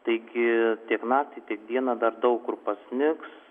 taigi tiek naktį tiek dieną dar daug kur pasnigs